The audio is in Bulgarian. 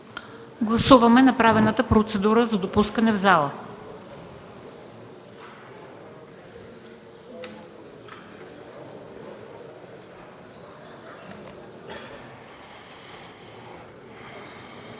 Гласуваме направената процедура за допускане в залата.